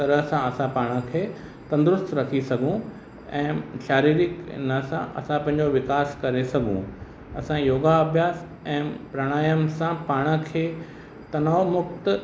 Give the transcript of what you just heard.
तरह सां असां पाण खे तंदुरुस्तु रखी सघूं ऐं शारीरिक इन सां पंहिंजो विकास करे सघूं असां योगा अभ्यास ऐं प्राणायाम सां पाण खे तनाव मुक़्ति